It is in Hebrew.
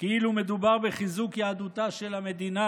כאילו מדובר בחיזוק יהדותה של המדינה,